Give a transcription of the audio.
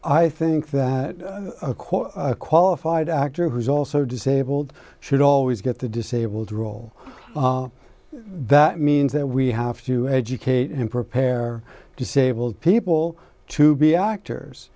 i think that quote a qualified actor who's also disabled should always get the disabled role that means that we have to educate and prepare disabled people to be actors